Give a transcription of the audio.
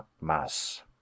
mass